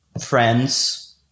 friends